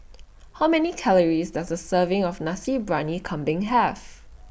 How Many Calories Does A Serving of Nasi Briyani Kambing Have